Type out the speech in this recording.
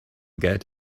get